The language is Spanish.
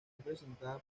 presentada